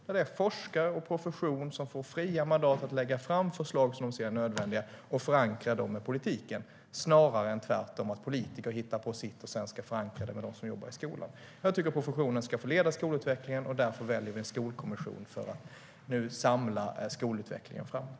Det är forskare och profession som får fria mandat att lägga fram de förslag de anser nödvändiga och förankra dem i politiken, snarare än tvärtom att politiker hittar på sitt och sedan ska förankra det hos dem som jobbar i skolan. Jag tycker att professionen ska få leda skolutvecklingen, och därför väljer vi en skolkommission för att samla skolutvecklingen framåt.